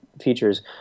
features